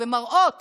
ומראות